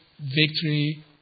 victory